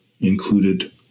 included